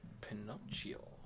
Pinocchio